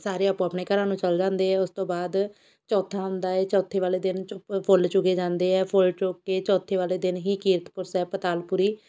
ਸਾਰੇ ਆਪੋ ਆਪਣੇ ਘਰਾਂ ਨੂੰ ਚਲ ਜਾਂਦੇ ਆ ਉਸ ਤੋਂ ਬਾਅਦ ਚੌਥਾ ਹੁੰਦਾ ਏ ਚੌਥੇ ਵਾਲੇ ਦਿਨ ਚੁ ਫੁੱਲ ਚੁਗੇ ਜਾਂਦੇ ਆ ਫੁੱਲ ਚੁੱਗ ਕੇ ਚੌਥੇ ਵਾਲੇ ਦਿਨ ਹੀ ਕੀਰਤਪੁਰ ਸਾਹਿਬ ਪਤਾਲਪੁਰੀ